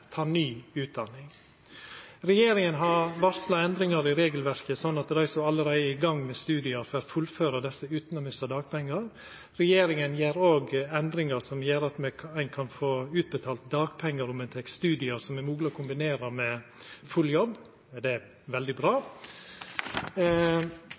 ta ny utdanning. Regjeringa har varsla endringar i regelverket, sånn at dei som allereie er i gang med studium, får fullføra desse utan å mista dagpengar. Regjeringa gjer òg endringar som gjer at ein kan få utbetalt dagpengar om ein tek studiar som er moglege å kombinera med full jobb. Det er veldig bra.